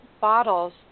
bottles